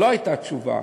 לא הייתה תשובה.